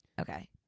Okay